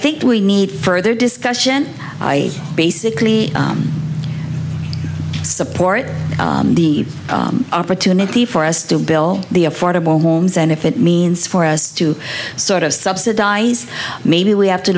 think we need further discussion i basically support the opportunity for us to bill the affordable homes and if it means for us to sort of subsidize maybe we have to